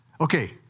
Okay